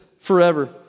forever